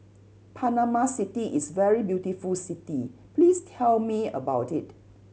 Panama City is a very beautiful city please tell me about it